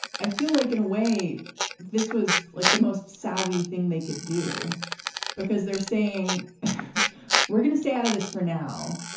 i feel like in a way this was like the most savvy thing they could do because they're saying we're going to stay out of this for now.